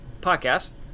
podcast